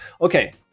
Okay